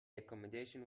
accommodation